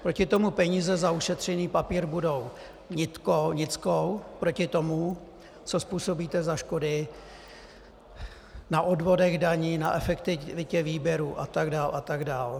Proti tomu peníze za ušetřený papír budou nickou proti tomu, co způsobíte za škody na odvodech daní, na efektivitě výběru, a tak dál a tak dál.